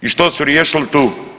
I što su riješili tu?